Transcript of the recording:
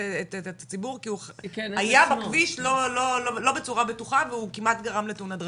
את הציבור כי הוא היה בכביש לא בצורה בטוחה והוא כמעט גרם לתאונת דרכים.